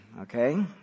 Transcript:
Okay